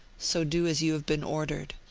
so do as you have been ordered,